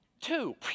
two